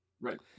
right